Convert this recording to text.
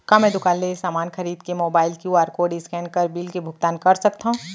का मैं दुकान ले समान खरीद के मोबाइल क्यू.आर कोड स्कैन कर बिल के भुगतान कर सकथव?